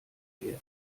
fährt